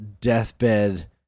deathbed